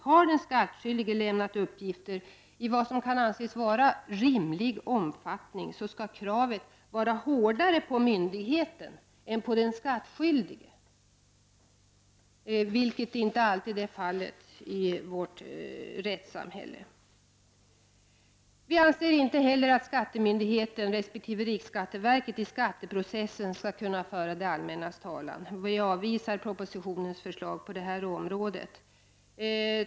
Har den skattskyldige lämnat uppgifter i vad som kan anses rimlig omfattning, skall kravet vara hårdare på myndigheten än på den skattskyldige, vilket inte alltid har varit fallet. Vi anser att skattemyndigheten resp. riksskatteverket i skatteprocessen inte skall kunna föra det allmännas talan. Vi avvisar därför propositionens förslag.